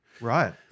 Right